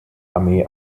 armee